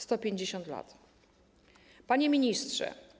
150 lat. Panie Ministrze!